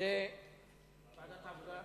לוועדת העבודה,